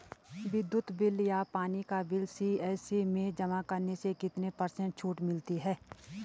विद्युत बिल या पानी का बिल सी.एस.सी में जमा करने से कितने पर्सेंट छूट मिलती है?